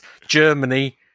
Germany